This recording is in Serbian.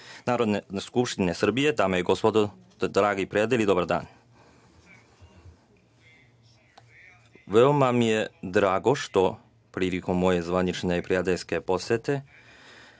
Narodne skupštine Srbije, dame i gospodo, dragi prijatelji, dobar dan. Veoma mi je drago što prilikom moje zvanične prijateljske posete,